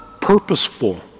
purposeful